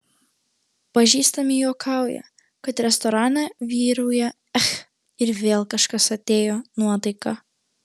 pažįstami juokauja kad restorane vyrauja ech ir vėl kažkas atėjo nuotaika